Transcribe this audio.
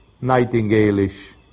nightingale-ish